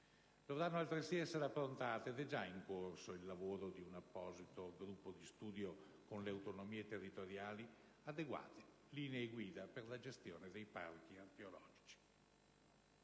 Dovranno altresì essere approntate - ed è già in corso il lavoro di un apposito gruppo di studio con le autonomie territoriali - adeguate linee guida per la gestione dei parchi archeologici.